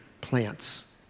plants